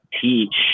teach